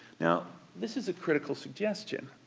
now this is a critical suggestion,